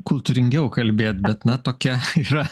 kultūringiau kalbėt bet na tokia yra